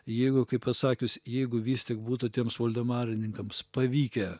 jeigu kaip pasakius jeigu vis tik būtų tiems voldemarininkams pavykę